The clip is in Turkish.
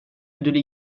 ödülü